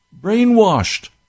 brainwashed